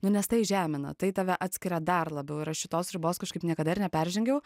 nu nes tai žemina tai tave atskiria dar labiau ir aš šitos ribos kažkaip niekada ir neperžengiau